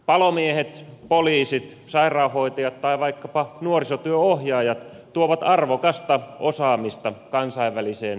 palomiehet poliisit sairaanhoitajat tai vaikkapa nuorisotyönohjaajat tuovat arvokasta osaamista kansainväliseen toimintaamme